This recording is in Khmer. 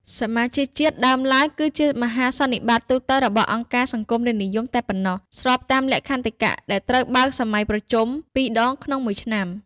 សមាជជាតិដើមឡើយគឺជាមហាសន្និបាតទូទៅរបស់អង្គការសង្គមរាស្ត្រនិយមតែប៉ុណ្ណោះ ស្របតាមលក្ខន្តិកៈដែលត្រូវបើកសម័យប្រជុំ ២ ដងក្នុងមួយឆ្នាំ។